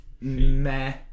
meh